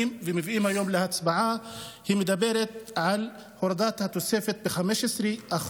ומביאים היום להצבעה מדברת על הורדת התוספת ב-15%,